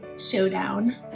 Showdown